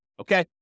Okay